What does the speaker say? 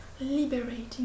liberating